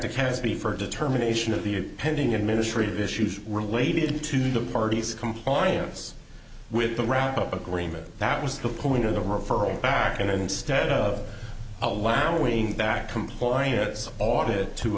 to case b for a determination of the pending administrative issues related to the parties compliance with the wrap up agreement that was the point of the referral back and instead of allowing that compliance audit to